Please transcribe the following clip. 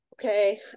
okay